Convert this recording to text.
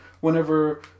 whenever